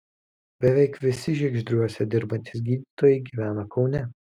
beveik visi žiegždriuose dirbantys gydytojai gyvena kaune